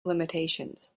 limitations